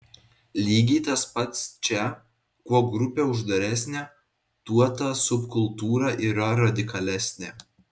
lygiai tas pats čia kuo grupė uždaresnė tuo ta subkultūra yra radikalesnė